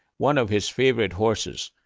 one of his favorite horses,